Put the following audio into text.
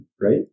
right